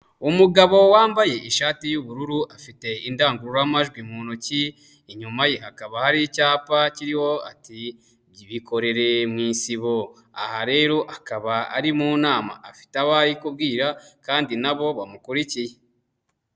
Umugabo wambaye ishati y'ubururu afite indangururamajwi mu ntoki, inyuma ye hakaba hari icyapa kiriho ati "bikoreye mu isibo." Aha rero akaba ari mu nama afite abo ari kubwira kandi n'abo bamukurikiye.